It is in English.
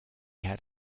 had